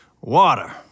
Water